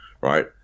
Right